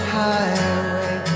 highway